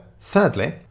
thirdly